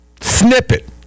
snippet